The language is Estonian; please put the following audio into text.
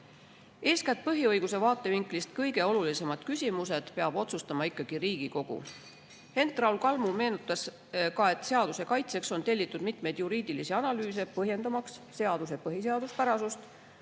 Eeskätt põhiõiguse vaatevinklist kõige olulisemad küsimused peab otsustama ikkagi Riigikogu. Hent-Raul Kalmo meenutas ka, et seaduse kaitseks on tellitud mitmeid juriidilisi analüüse, põhjendamaks seaduse põhiseaduspärasust.